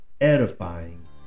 edifying